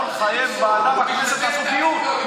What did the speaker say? הוא לא יכול לחייב ועדה בכנסת לעשות דיון.